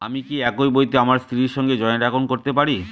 আমি কি একই বইতে আমার স্ত্রীর সঙ্গে জয়েন্ট একাউন্ট করতে পারি?